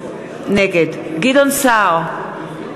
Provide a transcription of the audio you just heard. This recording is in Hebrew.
נגד גדעון סער,